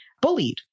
bullied